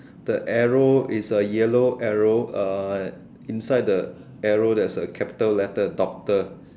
the arrow is a yellow arrow uh inside the arrow there's a capital letter doctor